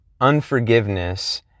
unforgiveness